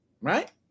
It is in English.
right